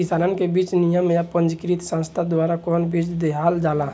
किसानन के बीज निगम या पंजीकृत संस्था द्वारा कवन बीज देहल जाला?